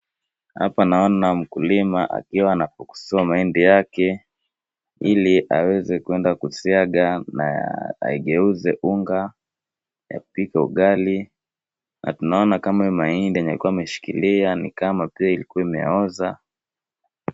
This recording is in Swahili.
Hapa naona mkulima akiwa anafukusiwa mahindi yake ili aweze kuenda kusiaga na aigeuzi unga ya kupika ugali. Natunaona kama hiyo mahindi ameshikilia ni kama pia ilikua imeoza.